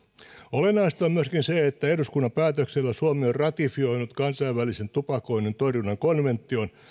olennaista on myöskin se että eduskunnan päätöksellä suomi on ratifioinut kansainvälisen tupakoinnin torjunnan konvention